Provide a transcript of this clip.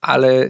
Ale